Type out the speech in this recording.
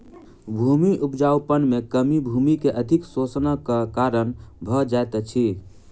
भूमि उपजाऊपन में कमी भूमि के अधिक शोषणक कारण भ जाइत अछि